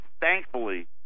thankfully